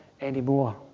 anymore